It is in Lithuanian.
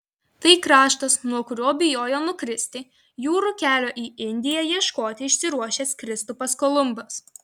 tai kraštas nuo kurio bijojo nukristi jūrų kelio į indiją ieškoti išsiruošęs kristupas kolumbas